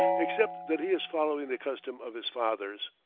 except that he is following the custom of his fathers.